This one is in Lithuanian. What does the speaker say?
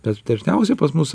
bet dažniausiai pas mus